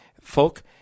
folk